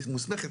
מוסמכת,